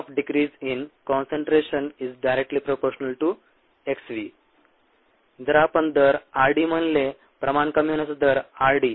rate of decrease in concentration ∝ xv जर आपण दर rd म्हटले प्रमाण कमी होण्याचा दर rd